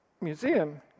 museum